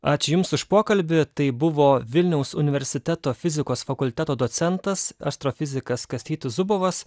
ačiū jums už pokalbį tai buvo vilniaus universiteto fizikos fakulteto docentas astrofizikas kastytis zubovas